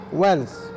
wealth